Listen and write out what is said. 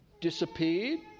disappeared